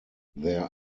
there